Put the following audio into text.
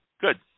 good